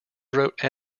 wrote